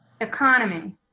economy